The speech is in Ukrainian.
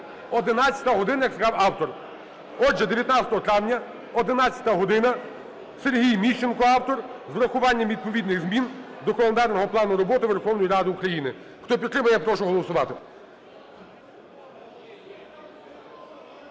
11 година, як сказав автор. Отже, 19 травня, 11 година, Сергій Міщенко – автор. З врахуванням відповідних змін до календарного плану роботи Верховної Ради України. Хто підтримує, я прошу голосувати.